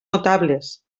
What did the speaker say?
notables